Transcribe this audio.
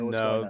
no